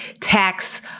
tax